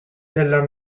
della